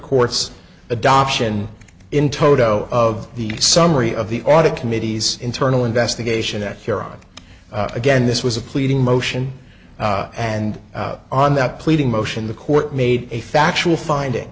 court's adoption in toto of the summary of the audit committees internal investigation at europe again this was a pleading motion and on that pleading motion the court made a factual finding